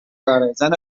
داره، زن